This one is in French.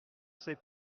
ses